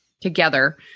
together